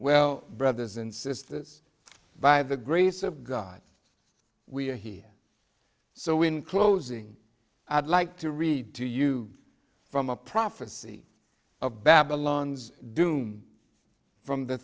well brothers and sisters by the grace of god we are here so when closing i'd like to read to you from a prophecy of babylon's doom from the